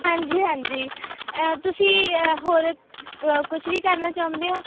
ਹਾਂਜੀ ਹਾਂਜੀ ਤੁਸੀਂ ਅ ਹੋਰ ਕ ਕੁਛ ਵੀ ਕਰਨਾ ਚਾਹੁੰਦੇ ਹੋ